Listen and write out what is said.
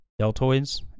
deltoids